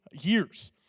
years